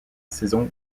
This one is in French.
saison